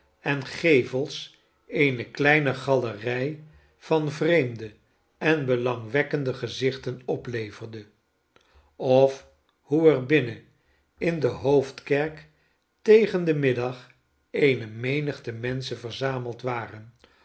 en gevels eene kleine galerij van vreemde en belangwekkende gezichten opleverde of hoe er binnen in de hoofdkerk tegen den middag eene rnenigte menschen verzameld waren